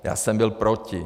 Já jsem byl proti.